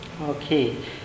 Okay